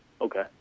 Okay